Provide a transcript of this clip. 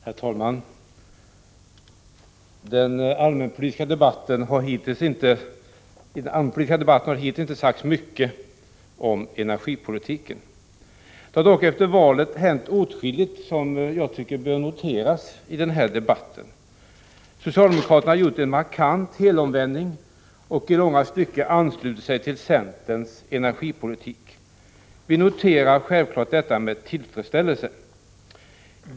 Herr talman! I den allmänpolitiska debatten har hittills inte sagts mycket om energipolitiken. Det har dock efter valet hänt åtskilligt som jag tycker bör noteras i denna debatt. Socialdemokraterna har gjort en markant helomvändning och i långa stycken anslutit sig till centerns energipolitik. Vi noterar självfallet detta med tillfredsställelse.